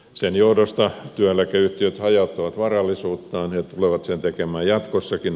sen johdosta työeläkeyhtiöt hajauttavat varallisuuttaan ja tulevat sen tekemään jatkossakin